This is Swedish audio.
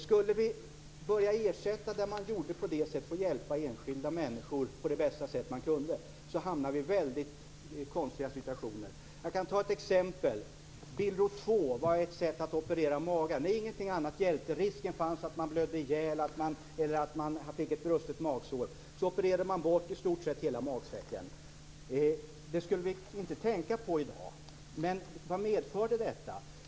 Skulle vi börja ersätta när man gjorde på det här sättet för att hjälpa människor på det bästa sätt man kunde, så hamnar vi i väldigt konstiga situationer. Jag kan ta ett exempel: Billroth II var ett sätt att operera magar. När ingenting annat hjälpte och risken fanns att man skulle förblöda eller att man fick ett brustet magsår opererade man bort i stort sett hela magsäcken. Det skulle vi inte tänka på i dag. Men vad medförde detta?